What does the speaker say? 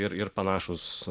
ir ir panašūs